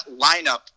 lineup